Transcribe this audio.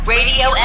Radio